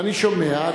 ואני שומע,